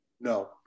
No